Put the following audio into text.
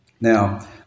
Now